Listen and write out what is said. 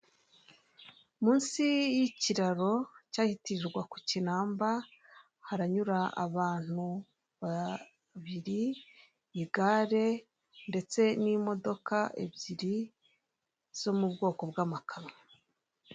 Munsi y'ikiraro cyahitirirwa ku Kinamba haranyura abantu babiri, igare ndetse n'imodoka ebyiri zo mu bwoko bw'amakamyo.